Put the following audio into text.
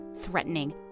threatening